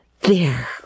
There